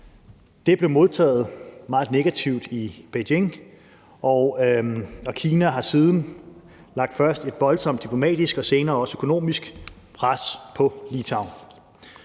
Det blev modtaget meget negativt i Beijing, og Kina har siden først lagt et voldsomt diplomatisk og senere også økonomisk pres på Litauen.